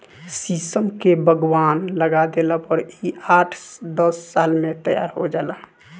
शीशम के बगवान लगा देला पर इ आठ दस साल में तैयार हो जाला